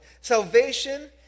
Salvation